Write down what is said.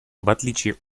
отличие